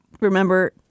remember